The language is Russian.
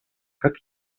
как